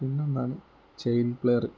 പിന്നൊന്നാണ് chain player